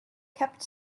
kept